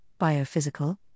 biophysical